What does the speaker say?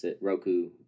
Roku